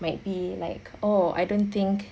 might be like oh I don't think